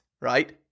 right